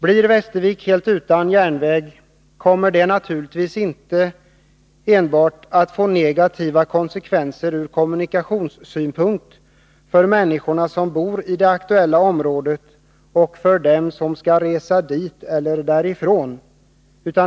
Blir Västervik helt utan järnväg, kommer det naturligtvis inte enbart att få negativa konsekvenser ur kommunikationssynpunkt för människorna som bor i det aktuella området och för dem som skall resa dit och därifrån.